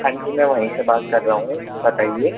ہاں جی میں وہیں سے بات کر رہا ہوں بتائیے